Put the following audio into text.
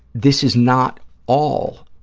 this is not all